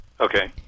Okay